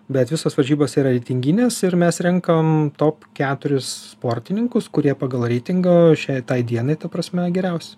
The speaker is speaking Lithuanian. bet visos varžybos yra reitinginės ir mes renkam top keturis sportininkus kurie pagal reitingą šiai tai dienai ta prasme geriausi